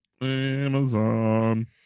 amazon